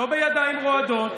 לא בידיים רועדות,